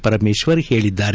ಪರಮೇಶ್ವರ್ ಹೇಳಿದ್ದಾರೆ